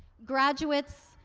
graduates,